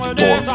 four